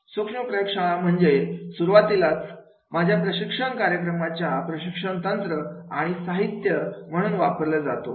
सूक्ष्म प्रयोगशाळा म्हणजे सुरुवातीलाच माझ्या प्रशिक्षण कार्यक्रमाच्या प्रशिक्षण तंत्र आणि साहित्य म्हणून वापरला जातो